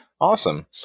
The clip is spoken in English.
Awesome